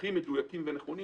הכי מדויקים ונכונים,